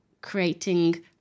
creating